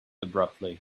abruptly